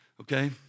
okay